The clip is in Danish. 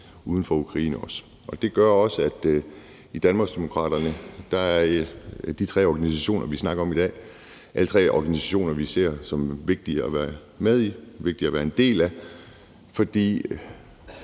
uden for Ukraine. Det gør også, at vi i Danmarksdemokraterne ser de tre organisationer, som vi snakker om i dag, som vigtige at være med i, vigtige at være en del af, for